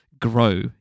Grow